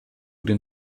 den